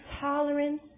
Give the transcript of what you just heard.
tolerance